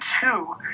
two